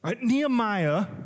Nehemiah